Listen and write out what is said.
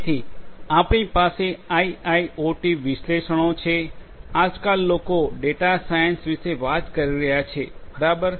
તેથી આપણી પાસે આઇઆઇઓટી વિશ્લેષણો છે આજકાલ લોકો ડેટા સાયન્સ વિશે વાત કરી રહ્યા છે બરાબર